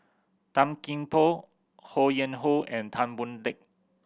Tan Gee Paw Ho Yuen Hoe and Tan Boon Teik